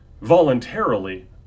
voluntarily